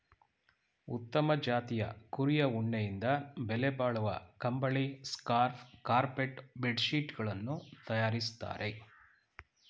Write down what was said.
ಉತ್ತಮ ಜಾತಿಯ ಕುರಿಯ ಉಣ್ಣೆಯಿಂದ ಬೆಲೆಬಾಳುವ ಕಂಬಳಿ, ಸ್ಕಾರ್ಫ್ ಕಾರ್ಪೆಟ್ ಬೆಡ್ ಶೀಟ್ ಗಳನ್ನು ತರಯಾರಿಸ್ತರೆ